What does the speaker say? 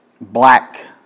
black